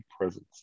presence